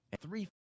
Three